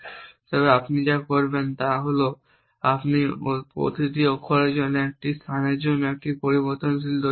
তবে আপনি যা করবেন তা হল আপনি প্রতিটি অক্ষরের জন্য একটি স্থানের জন্য একটি পরিবর্তনশীল তৈরি করবেন